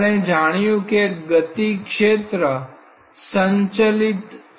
આપણે જાણ્યું છે કે ગતિ ક્ષેત્ર સંચલિત છે